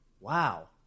Wow